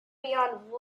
beyond